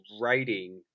writing